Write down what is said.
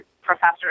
professor